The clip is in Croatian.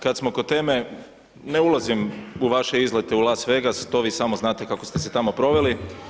Kada smo kod teme, ne ulazim u vaše izlete u Las Vegas, to vi samo znate kako ste se tamo proveli.